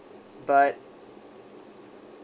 but